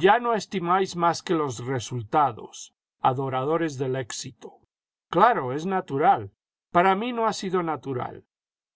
ya no estimáis más que los resultados adoradores del éxito claro es natural para mí no ha sido natural